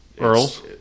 Earl's